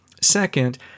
Second